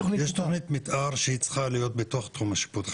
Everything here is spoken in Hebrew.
יש תכנית מתאר שהיא צריכה להיות בתוך תחום השיפוט.